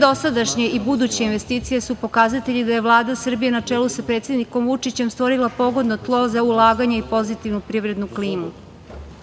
dosadašnje i buduće investicije su pokazatelji da je Vlada Srbije na čelu sa predsednikom Vučićem stvorila pogodno tlo za ulaganje i pozitivnu privrednu klimu.